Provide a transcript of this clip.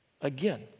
Again